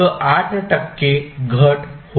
8 टक्के घट होईल